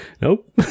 Nope